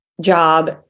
job